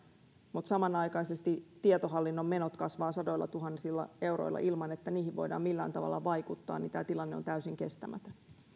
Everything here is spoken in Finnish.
mutta samanaikaisesti tietohallinnon menot kasvavat sadoillatuhansilla euroilla ilman että niihin voidaan millään tavalla vaikuttaa on täysin kestämätön